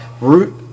root